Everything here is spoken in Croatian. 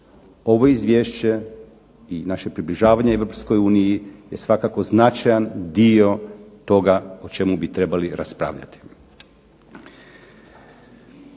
Ovo izvješće i naše približavanje Europskoj uniji je svakako značajan dio toga o čemu bi trebali raspravljati.